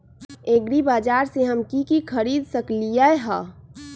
एग्रीबाजार से हम की की खरीद सकलियै ह?